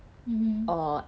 mmhmm